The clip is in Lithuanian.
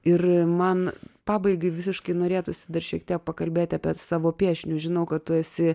ir man pabaigai visiškai norėtųsi dar šiek tiek pakalbėti apie savo piešinius žinau kad tu esi